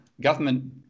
government